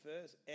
First